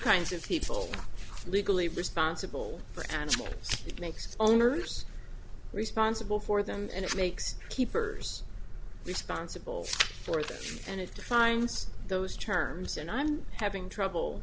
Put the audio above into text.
kinds of people legally responsible for and it makes owners responsible for them and it makes keepers responsible for them and it defines those terms and i'm having trouble